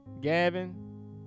Gavin